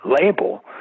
label